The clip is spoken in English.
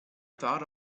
thought